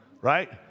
right